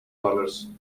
dollars